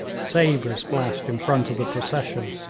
sabres flashed in front of the procession,